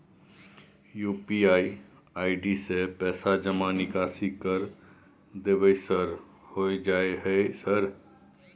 UPI ID से पैसा जमा निकासी कर देबै सर होय जाय है सर?